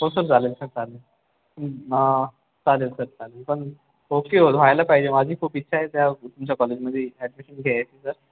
हो सर झालंय सर चालेल चालेल सर चालेल पण ओके व्हायला पाहिजे माझी खूप इच्छा आहे तर तुमच्या कॉलेजमध्ये ऍडमिशन घ्यायची सर